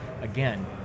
again